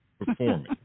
performing